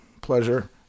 pleasure